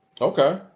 Okay